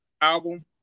album